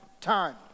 time